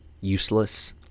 useless